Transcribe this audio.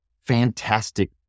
fantastic